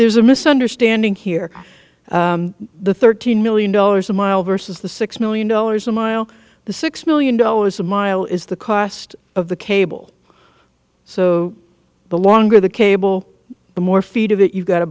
there's a misunderstanding here the thirteen million dollars a mile versus the six million dollars a mile the six million dollars a mile is the cost of the cable so the longer the cable the more feet of it you've got